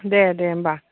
दे दे होनबा